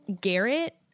Garrett